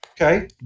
Okay